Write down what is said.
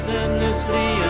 endlessly